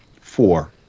four